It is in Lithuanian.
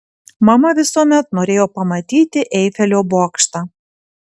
mama visuomet norėjo pamatyti eifelio bokštą